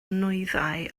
nwyddau